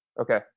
Okay